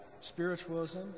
spiritualism